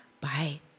Bye